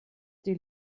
die